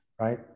right